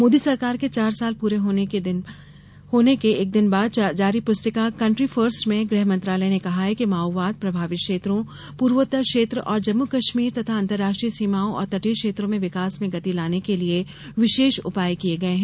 मोदी सरकार के चार साल पूरे होने के एक दिन बाद जारी पुस्तिका केंट्री फर्स्ट में गृह मंत्रालय ने कहा है कि माओवाद प्रभावित क्षेत्रों पूर्वोत्तर क्षेत्र और जम्मू कश्मीर तथा अंतरराष्ट्रीय सीमाओं और तटीय क्षेत्रों में विकास में गति लाने के लिए विशेष उपाय किए गए हैं